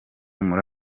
muri